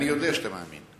אני יודע שאתה מאמין.